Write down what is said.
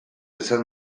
esan